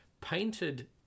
painted